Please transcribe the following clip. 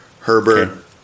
Herbert